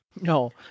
No